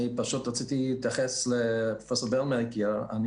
אני פשוט רציתי להתייחס --- כי אני